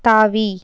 தாவி